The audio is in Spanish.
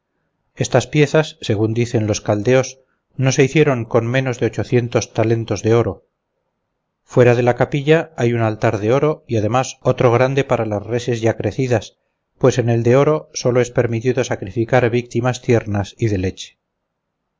estas piezas según dicen los caldeos no se hicieron con menos de ochocientos talentos de oro fuera de la capilla hay un altar de oro y además otro grande para las reses ya crecidas pues en el de oro sólo es permitido sacrificar víctimas tiernas y de leche